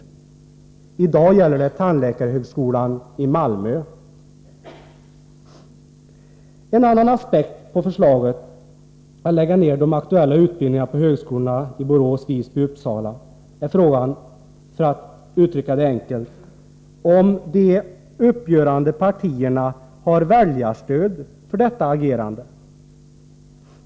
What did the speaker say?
— I dag gäller det tandläkarhögskolan i Malmö. En annan aspekt på förslaget att lägga ned de aktuella utbildningarna vid högskolorna i Borås, Visby och Uppsala är frågan, för att uttrycka det enkelt, om de partier som gör upp har väljarstöd för detta agerande.